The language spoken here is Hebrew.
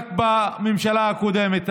רק בממשלה הקודמת,